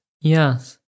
Yes